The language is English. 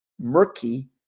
murky